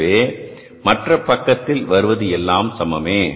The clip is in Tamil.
எனவே மற்ற பக்கத்தில் வருவது எல்லாம் சமமே